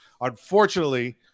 Unfortunately